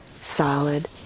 solid